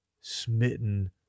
smitten